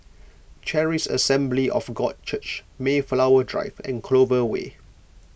Charis Assembly of God Church Mayflower Drive and Clover Way